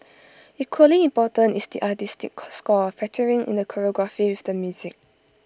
equally important is the artistic score factoring in the choreography with the music